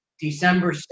December